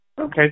Okay